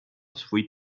swój